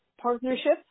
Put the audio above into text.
partnership